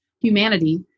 humanity